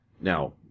Now